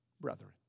brethren